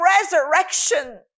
resurrection